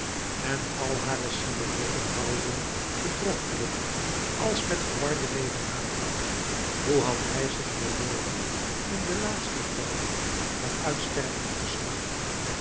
en al hare silhouetten warrelden gedrochtelijk als met verwarde ledematen hoe had hij zich verworden in den laatsten telg van uitstervend geslacht